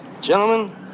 Gentlemen